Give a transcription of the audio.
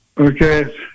Okay